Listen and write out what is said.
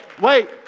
Wait